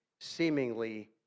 seemingly